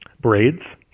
Braids